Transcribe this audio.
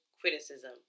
criticism